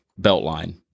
Beltline